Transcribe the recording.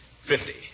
fifty